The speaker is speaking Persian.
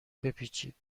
بپیچید